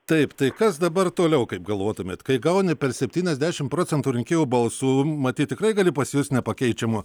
taip tai kas dabar toliau kaip galvotumėt kai gauni per septyniasdešim procentų rinkėjų balsų matyt tikrai gali pasijust nepakeičiamu